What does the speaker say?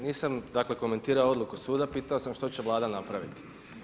Nisam dakle komentirao odluku suda, pitao sam što će Vlada napraviti.